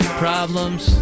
problems